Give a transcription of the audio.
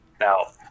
Now